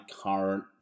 current